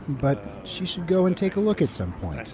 but she should go and take a look at some point